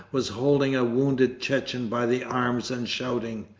was holding a wounded chechen by the arms and shouting,